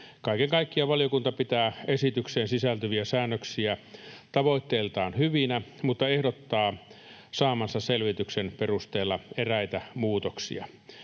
Kaiken kaikkiaan valiokunta pitää esitykseen sisältyviä säännöksiä tavoitteiltaan hyvinä mutta ehdottaa saamansa selvityksen perusteella eräitä muutoksia.